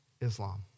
Islam